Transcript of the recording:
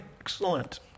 excellent